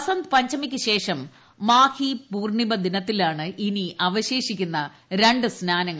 ബസന്ത് പഞ്ചമിയ്ക്കുശേഷം മാഹി പൂർണ്ണിമ ദിനത്തിലാണ് ഇനി അവശേഷിക്കുന്ന രണ്ട് സ്നാനങ്ങൾ